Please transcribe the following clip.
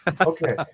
Okay